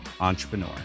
Entrepreneur